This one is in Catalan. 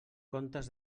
comptes